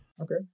Okay